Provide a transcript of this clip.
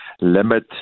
limit